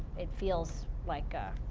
it feels, like,